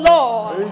Lord